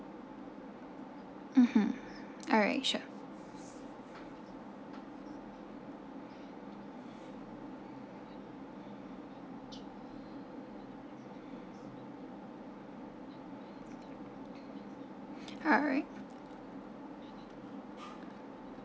mmhmm alright sure alright